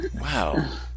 Wow